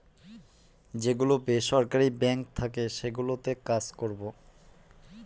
যে গুলো বেসরকারি বাঙ্ক থাকে সেগুলোতে কাজ করবো